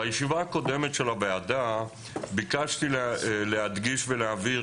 בישיבה הקודמת של הוועדה ביקשתי להדגיש ולהבהיר